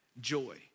joy